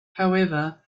however